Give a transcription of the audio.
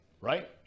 right